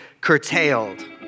curtailed